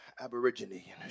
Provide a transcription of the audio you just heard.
aborigine